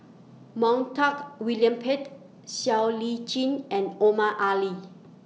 Montague William Pett Siow Lee Chin and Omar Ali